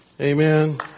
Amen